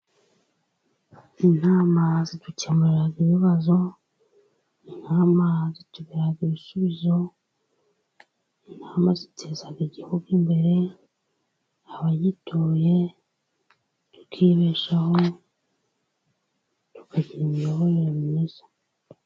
Inama zidukemurira ibibazo, inama zitugaragariza ibisubizo. Inama ziteza igihugu imbere, abagituye tukibeshaho tukagira imiyoborere myiza.